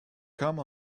come